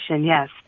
Yes